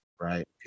Right